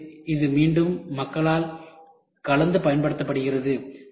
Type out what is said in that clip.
இன்று இது மீண்டும் மக்களால் கலந்து பயன்படுத்தப்படுகிறது